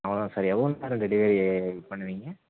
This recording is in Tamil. அவ்வளோ தான் சார் எவ்வளோ நேரம்ல டெலிவரி பண்ணுவீங்க